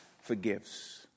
forgives